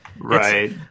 Right